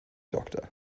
doctor